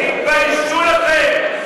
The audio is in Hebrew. מוצע, תתביישו לכם.